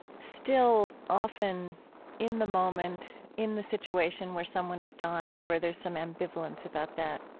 still often in the moment, in the situation where someone is dying or where there's some ambivalence about that,